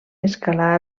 escalar